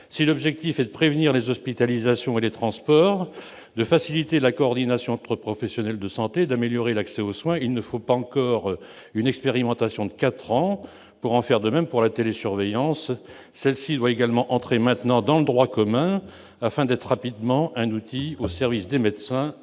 si l'objectif est de prévenir les hospitalisations et les transports de faciliter la coordination entre professionnels de santé et d'améliorer l'accès aux soins, il ne faut pas encore une expérimentation de 4 ans pour en faire de même pour la télésurveillance, celle-ci doit également entrer maintenant dans le droit commun afin d'être rapidement un outil au service des médecins